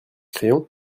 crayon